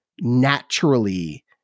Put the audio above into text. naturally